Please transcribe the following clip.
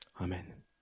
Amen